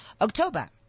October